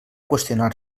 qüestionar